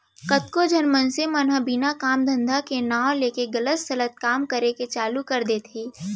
कतको झन मनसे मन ह बिना काम धंधा के नांव लेके गलत सलत काम करे के चालू कर देथे